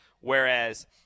whereas